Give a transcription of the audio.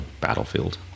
battlefield